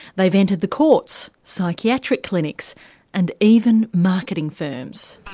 they've entered the courts, psychiatric clinics and even marketing firms.